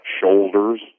shoulders